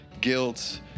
guilt